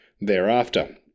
thereafter